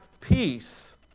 peace